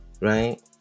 right